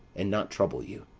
and not trouble you.